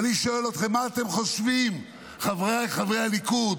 אני שואל אתכם מה אתם חושבים, חבריי חברי הליכוד,